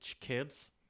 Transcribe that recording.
kids